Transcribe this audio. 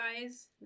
guys